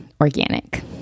organic